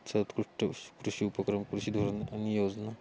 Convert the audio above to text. सत्कृष्ट कृषी उपक्रम कृषीधोरण आणि योजना